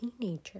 teenager